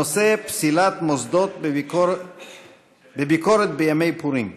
הנושא: פסילת מוסדות בביקורת בימי הפורים.